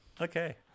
okay